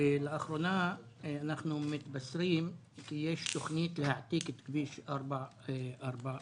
לאחרונה אנחנו מתבשרים כי יש תכנית להעתיק את כביש 444